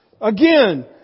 Again